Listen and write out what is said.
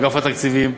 אגף התקציבים,